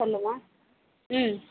சொல்மா ம்